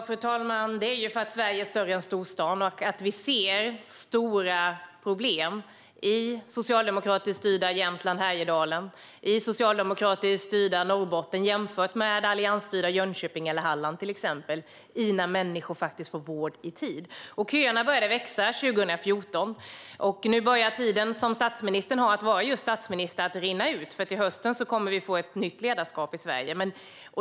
Fru talman! Ja, det gör jag för att Sverige är större än storstaden och för att vi ser stora problem i socialdemokratiskt styrda Jämtland Härjedalen och i socialdemokratiskt styrda Norrbotten i fråga om när människor får vård. Det kan jämföras med till exempel alliansstyrda Jönköping eller Halland. Köerna började växa 2014. Nu börjar den tid som statsministern har att vara just statsminister att rinna ut, för till hösten kommer vi att få ett nytt ledarskap i Sverige.